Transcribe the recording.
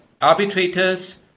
Arbitrators